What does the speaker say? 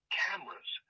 cameras